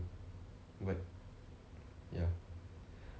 but ya